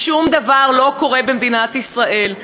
ושום דבר לא קורה במדינת ישראל.